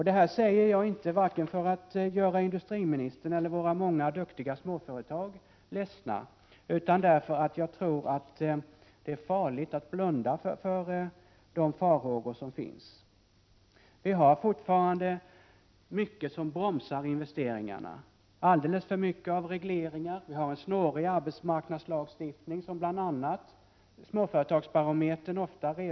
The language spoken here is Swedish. Detta säger jag inte vare sig för att göra industriministern ledsen eller för att göra våra många duktiga småföretagare ledsna, utan därför att jag tror att det är farligt att blunda för de farhågor som finns. Vi har fortfarande mycket som bromsar investeringarna och alldeles för många regleringar. Vi har en snårig arbetsmarknadslagstiftning som bl.a. småföretagsbarometern ofta tar upp.